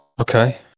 Okay